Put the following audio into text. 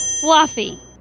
Fluffy